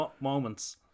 moments